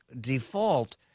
default